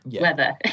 weather